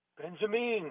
Benjamin